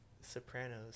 Sopranos